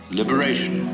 liberation